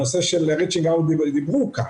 הנושא של reaching out, out reach שדיברו כאן.